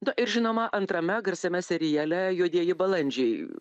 na ir žinoma antrame garsiame seriale juodieji balandžiai